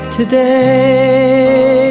today